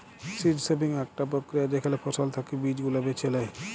seed saving আকটা প্রক্রিয়া যেখালে ফসল থাকি বীজ গুলা বেছে লেয়